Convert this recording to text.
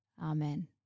Amen